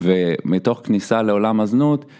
ומתוך כניסה לעולם הזנות.